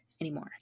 anymore